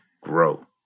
grow